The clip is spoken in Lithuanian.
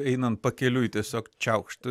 einant pakeliui tiesiog čiaukšt